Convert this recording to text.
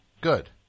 good